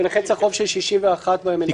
לכן צריך רוב של 61 במליאת הכנסת.